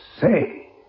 say